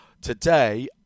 today